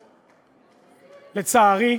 לצערי.